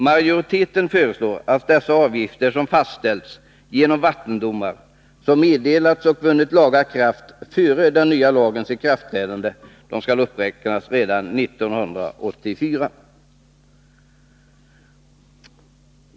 Majoriteten föreslår att sådana avgifter, som fastställts genom vattendomar, meddelats och vunnit laga kraft före den nya lagens ikraftträdande, skall uppräknas redan 1984.